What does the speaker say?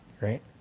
right